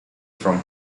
from